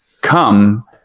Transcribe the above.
come